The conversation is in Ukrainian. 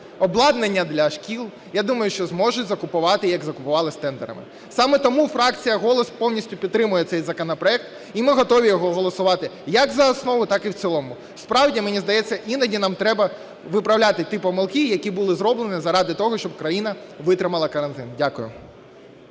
обладнання для шкіл – я думаю, що можуть закупляти, як закупляли з тендерами. Саме тому фракція "Голос" повністю підтримує цей законопроект. І ми готові його голосувати, як за основу, так і в цілому. Справді, мені здається, іноді нам треба виправляти ті помилки, які були зроблені заради того, щоб країна витримала карантин. Дякую.